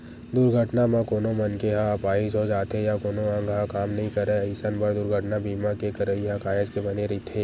दुरघटना म कोनो मनखे ह अपाहिज हो जाथे या कोनो अंग ह काम नइ करय अइसन बर दुरघटना बीमा के करई ह काहेच के बने रहिथे